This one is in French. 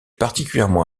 particulièrement